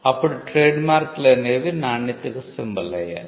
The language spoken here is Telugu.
అప్పుడు ట్రేడ్మార్క్ లనేవి నాణ్యతకు సింబల్ అయ్యాయి